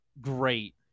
great